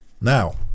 Now